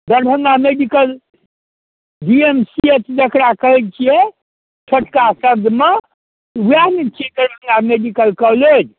Darbhanga medical D M C H जकरा कहै छियै छोटका शब्दमे उएह ने छियै दरभङ्गा मेडिकल कॉलेज